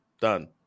done